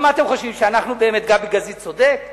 עכשיו, מה אתם חושבים, שגבי גזית באמת צודק?